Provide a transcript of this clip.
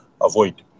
avoid